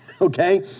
okay